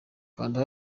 kanda